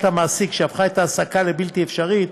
המעסיק שהפכה את ההעסקה לבלתי אפשרית,